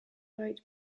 eyed